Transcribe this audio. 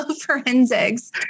Forensics